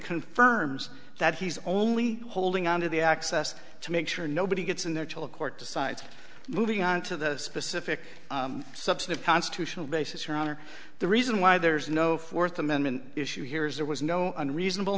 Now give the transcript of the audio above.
confirms that he's only holding on to the access to make sure nobody gets in there chill of court decides moving on to the specific subset of constitutional basis your honor the reason why there's no fourth amendment issue here is there was no unreasonable